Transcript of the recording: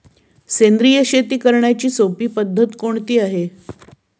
सेंद्रिय शेती करण्याची सोपी पद्धत कोणती आहे का?